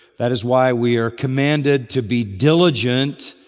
that is why we are commanded to be diligent,